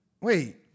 Wait